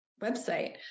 website